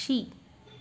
పక్షి